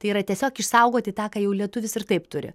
tai yra tiesiog išsaugoti tą ką jau lietuvis ir taip turi